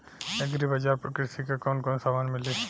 Agri बाजार पर कृषि के कवन कवन समान मिली?